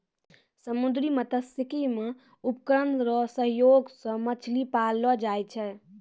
समुन्द्री मत्स्यिकी मे उपकरण रो सहयोग से मछली पाललो जाय छै